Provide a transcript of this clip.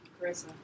Carissa